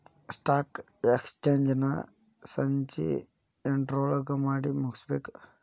stock exchange ನ ಸಂಜಿ ಎಂಟ್ರೊಳಗಮಾಡಿಮುಗ್ಸ್ಬೇಕು